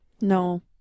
No